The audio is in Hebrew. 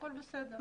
הכול בסדר.